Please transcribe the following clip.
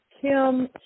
Kim